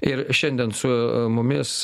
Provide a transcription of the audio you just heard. ir šiandien su mumis